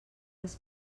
les